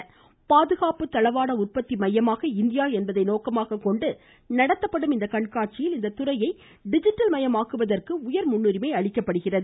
பாதுகாப்பு தளவாட உற்பத்தி மையமாக இந்தியர் என்பதை நோக்கமாக கொண்டு நடத்தப்படும் இக்கண்காட்சியில் இத்துறையை டிஜிட்டல் மயமாக்குவதற்கு உயர் முன்னுரிமை அளிக்கப்படுகிறது